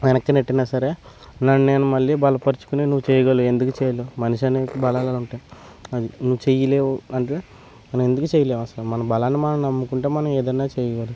వెనక్కి నెట్టినా సరే నన్ను నేను మళ్ళీ బలపరుచుకుని నువ్వు చేయగలవు ఎందుకు చేయలేవు మనిషికి అనేక బలాలు ఉంటాయి అది నువ్వు చేయలేవు అంటే అని నువ్వు ఎందుకు చేయలేవు అసలు మనం బలాన్ని నమ్ముకుంటే మనం ఏదైనా చేయగలం